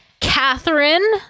Catherine